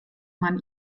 man